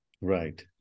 Right